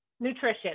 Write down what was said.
nutrition